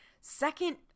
second